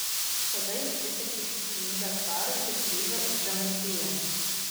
tada jis prisiekė ištikimybę carui ir grįžo į žemaitiją